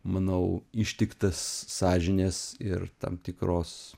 manau ištiktas sąžinės ir tam tikros